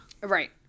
right